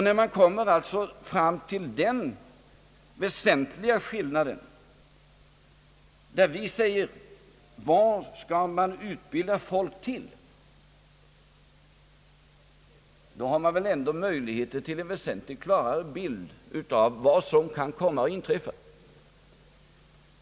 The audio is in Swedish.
När man kommer fram till den väsentliga skillnaden, där vi säger: Vad skall man utbilda folk till, har man väl ändå möjligheter till en väsentligt klarare bild av vad som kan komma att inträffa.